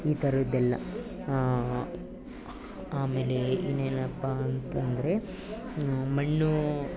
ಈ ಥರದ್ದೆಲ್ಲ ಆಮೇಲೆ ಇನ್ನೇನಪ್ಪ ಅಂತ ಅಂದ್ರೆ ಮಣ್ಣು